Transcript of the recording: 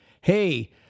hey